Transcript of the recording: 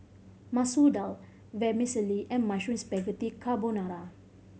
Masoor Dal Vermicelli and Mushroom Spaghetti Carbonara